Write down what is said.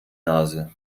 nase